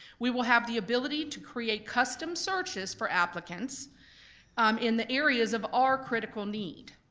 we will have the ability to create custom searches for applicants in the areas of our critical need.